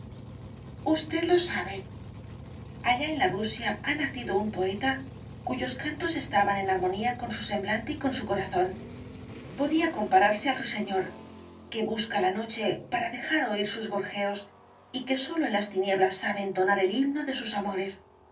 usted lo sabe allá en la rusia ha nacido un poeta cuyos cantos estaban en armonía con su semblante y con su corazón podía compararse al ruiseñor que busca la noche para dejar oir sus gorjeos y que sólo en las tinieblas sabe entonar el himno de sus amores